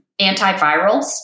antivirals